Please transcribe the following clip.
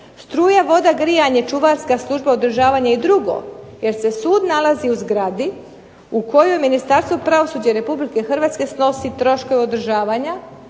Struja, voda, grijanje, čuvarska služba, održavanje i drugo, jer se sud nalazi u zgradi u kojoj Ministarstvo pravosuđa i Republike Hrvatske snosi troškove održavanja,